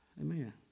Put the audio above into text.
Amen